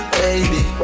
baby